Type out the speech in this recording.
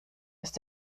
ist